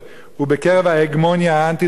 ובקרב ההגמוניה האנטי-דתית,